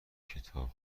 کتاب